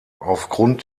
aufgrund